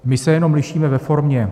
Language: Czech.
My se jenom lišíme ve formě.